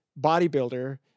bodybuilder